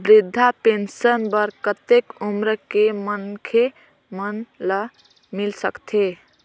वृद्धा पेंशन बर कतेक उम्र के मनखे मन ल मिल सकथे?